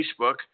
Facebook